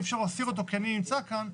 אי אפשר להסיר אותו כי אני נמצא כאן,